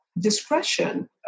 discretion